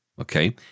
Okay